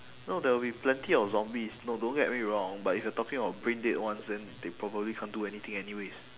no there will be plenty of zombies no don't get me wrong but if you're talking about brain dead ones then they probably can't do anything anyways